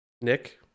Nick